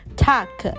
tuck